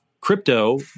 Crypto